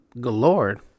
galore